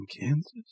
Kansas